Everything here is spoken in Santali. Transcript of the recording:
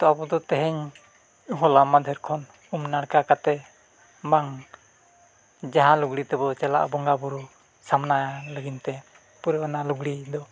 ᱛᱚ ᱟᱵᱚ ᱫᱚ ᱛᱮᱦᱮᱧ ᱦᱚᱞᱟ ᱢᱟᱦᱫᱮᱨ ᱠᱷᱚᱱ ᱩᱢ ᱱᱟᱲᱠᱟ ᱠᱟᱛᱮᱫ ᱵᱟᱝ ᱡᱟᱦᱟᱸ ᱞᱩᱜᱽᱲᱤ ᱛᱮᱵᱚᱱ ᱪᱟᱞᱟᱜ ᱵᱚᱸᱜᱟ ᱵᱳᱨᱳ ᱥᱟᱢᱱᱟ ᱞᱟᱹᱜᱤᱫ ᱛᱮ ᱯᱩᱨᱟᱹ ᱚᱱᱟ ᱞᱩᱜᱽᱲᱤᱡ ᱫᱚ